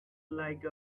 like